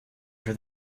for